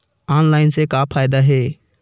Online से का फ़ायदा हे?